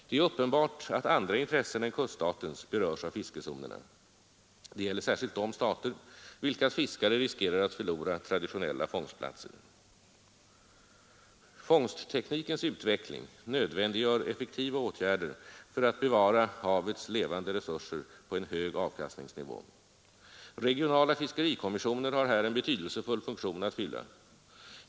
Det är uppenbart att andra intressen än kuststaters berörs av fiskezonerna. Det gäller särskilt de stater, vilkas fiskare riskerar att förlora traditionella fångstplatser. Fångstteknikens utveckling nödvändiggör effektiva åtgärder för att bevara havets levande resurser på en hög avkastningsnivå. Regionala fiskerikommissioner har här en betydelsefull funktion att fylla.